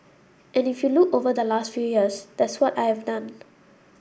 and if you look over the last few years that's what I have done